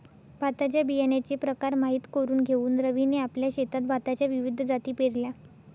भाताच्या बियाण्याचे प्रकार माहित करून घेऊन रवीने आपल्या शेतात भाताच्या विविध जाती पेरल्या